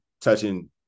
touching